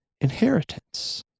inheritance